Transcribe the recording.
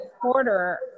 quarter